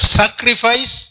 sacrifice